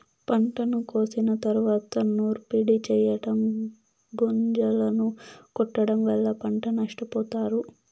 పంటను కోసిన తరువాత నూర్పిడి చెయ్యటం, గొంజలను కొట్టడం వల్ల పంట నష్టపోతారు